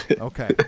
Okay